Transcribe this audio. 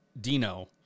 Dino